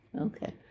Okay